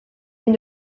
mais